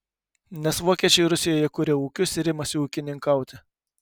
nes vokiečiai rusijoje kuria ūkius ir imasi ūkininkauti